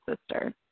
sister